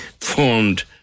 formed